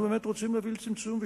אנחנו רוצים להביא לצמצום,